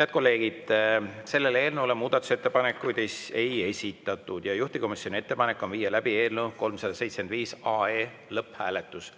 Head kolleegid, selle eelnõu kohta muudatusettepanekuid ei ole esitatud. Juhtivkomisjoni ettepanek on viia läbi 375 AE lõpphääletus.